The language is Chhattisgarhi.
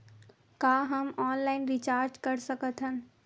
का हम ऑनलाइन रिचार्ज कर सकत हन?